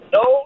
no